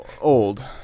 old